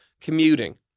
commuting